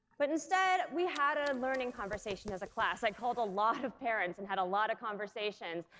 but instead we had a learning conversation as a class, i called a lot of parents and had a lot of conversations,